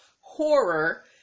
horror